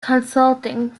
consulting